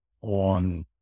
on